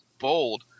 bold